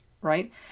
Right